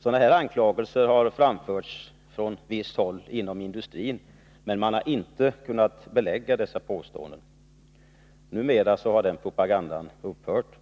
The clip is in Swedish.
Sådana här anklagelser har framförts från visst håll inom industrin, men man har inte kunnat belägga dessa påståenden. Numera har den propagandan upphört.